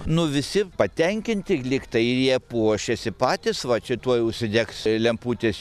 nu visi patenkinti lyg tai ir jie puošiasi patys va čia tuoj užsidegs lemputės